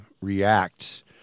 react